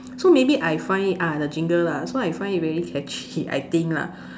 so maybe I find ah the jingle lah so I find it very catchy I think lah